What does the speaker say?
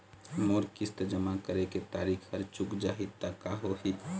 मोर किस्त जमा करे के तारीक हर चूक जाही ता का होही?